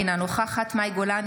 אינה נוכחת מאי גולן,